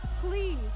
Please